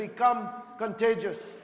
become contagious